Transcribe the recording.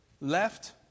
left